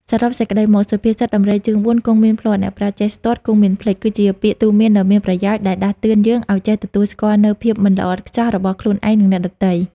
សរុបសេចក្តីមក សុភាសិត ដំរីជើងបួនគង់មានភ្លាត់ អ្នកប្រាជ្ញចេះស្ទាត់គង់មានភ្លេច គឺជាពាក្យទូន្មានដ៏មានប្រយោជន៍ដែលដាស់តឿនយើងឱ្យចេះទទួលស្គាល់នូវភាពមិនល្អឥតខ្ចោះរបស់ខ្លួនឯង និងអ្នកដទៃ។